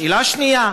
שאלה שנייה: